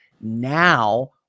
now